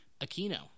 Aquino